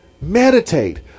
Meditate